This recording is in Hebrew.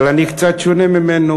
אבל אני קצת שונה ממנו.